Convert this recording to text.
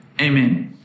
Amen